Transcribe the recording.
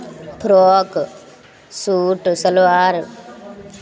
frock suit salwar